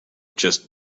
just